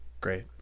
Great